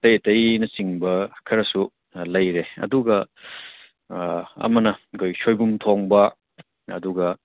ꯑꯇꯩ ꯑꯇꯩꯅꯆꯤꯡꯕ ꯈꯔꯁꯨ ꯂꯩꯔꯦ ꯑꯗꯨꯒ ꯑꯃꯅ ꯑꯩꯈꯣꯏ ꯁꯣꯏꯕꯨꯝ ꯊꯣꯡꯕ ꯑꯗꯨꯒ